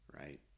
right